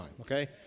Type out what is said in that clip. Okay